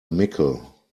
mickle